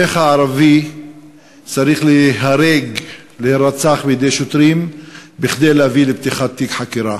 איך הערבי צריך להיהרג ולהירצח בידי שוטרים כדי להביא לפתיחת תיק חקירה?